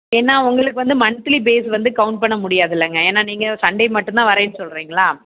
ஏன்னா உங்களுக்கு வந்து மந்த்லி பேஸ் வந்து கவுண்ட் பண்ண முடியாதுல்லைங்க ஏன்னா நீங்கள் சண்டே மட்டும் தான் வரேன் சொல்லுறீங்களா